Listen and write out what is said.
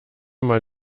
man